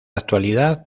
actualidad